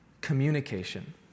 communication